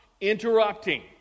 interrupting